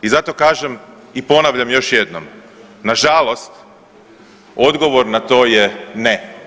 I zato kažem i ponavljam još jednom, nažalost odgovor na to je ne.